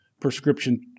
prescription